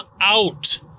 out